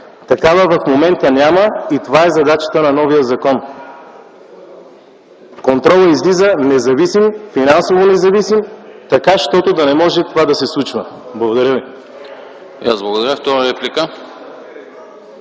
в момента няма и това е задачата на новия закон. Контролът излиза финансово независим, така че това да не може да се случва. Благодаря ви.